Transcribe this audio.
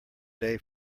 day